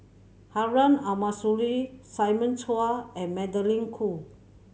Harun Aminurrashid Simon Chua and Magdalene Khoo